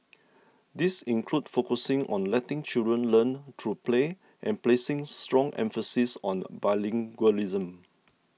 these include focusing on letting children learn through play and placing strong emphasis on bilingualism